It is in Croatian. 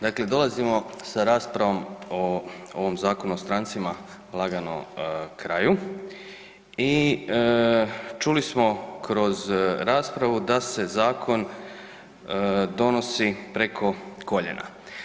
Dakle, dolazimo sa raspravom o ovom Zakonu o strancima lagano kraju i čuli smo kroz raspravu da se zakon donosi preko koljena.